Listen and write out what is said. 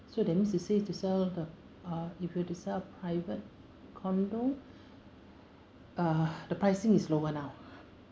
so that means to say to sell the ah if you were to sell private condo uh the pricing is lower now